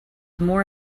more